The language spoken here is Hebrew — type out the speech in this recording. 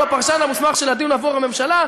הוא הפרשן המוסמך של הדיון בעבור הממשלה,